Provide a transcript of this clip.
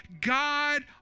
God